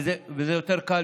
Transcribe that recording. וזה יותר קל,